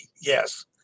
Yes